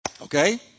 Okay